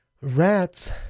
rats